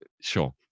sure